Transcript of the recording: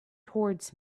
towards